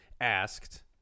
asked